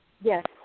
Yes